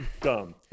dumb